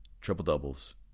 triple-doubles